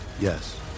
Yes